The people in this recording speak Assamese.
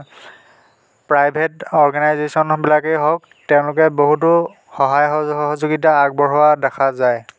প্ৰাইভেট অৰ্গেনাইজেচনবিলাকেই হওক তেওঁলোকে বহুতো সহায় সহযোগিতা আগবঢ়োৱা দেখা যায়